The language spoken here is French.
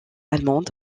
allemandes